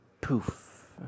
Poof